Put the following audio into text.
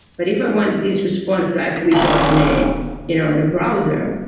but if i want this response to actually show in a you know in a browser,